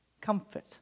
comfort